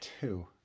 two